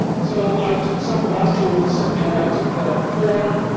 so i took some of our tools and i took the form,